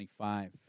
25